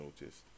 noticed